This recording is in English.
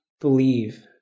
believe